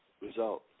result